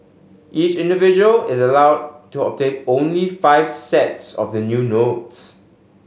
each individual is allowed to obtain only five sets of the new notes